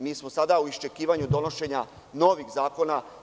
Mi smo sada u iščekivanju donošenja novih zakona.